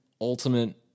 ultimate